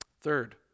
Third